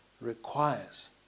requires